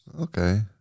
Okay